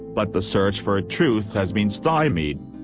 but the search for ah truth has been stymied.